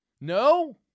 No